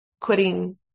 quitting